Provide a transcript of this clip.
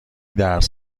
درس